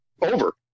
over